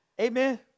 Amen